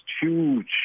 huge